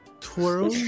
Twirl